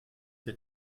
der